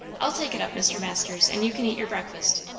i'll take it up, mr. masters and you can eat your breakfast.